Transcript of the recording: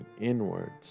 inwards